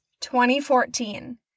2014